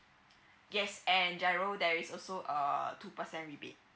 yes and giro there is also err two percent rebate